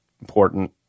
important